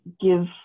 give